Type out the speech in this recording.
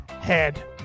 head